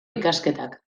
ikasketak